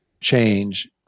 change